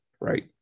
right